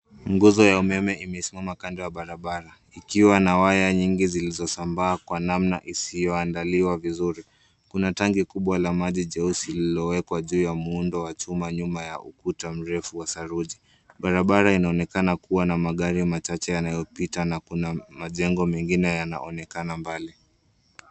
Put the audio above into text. Nguzo ya umeme imesimama kando ya barabara ikiwa na waya nyingi zilizosambaa kwa namna isiyoandaliwa vizuri. Kuna tangi kubwa la maji jeusi lilowekwa juu ya muundo wa chuma nyuma ya ukuta mrefu wa saruji. Barabara inaonekana kuwa na magari machache yanayopita na kuna majengo mengine yanaonekana mbali.